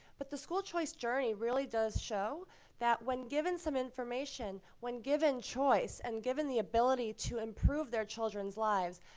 but the school choice journey really does show that when given some information, when given choice and given the ability to improve their children's lives,